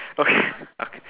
okay okay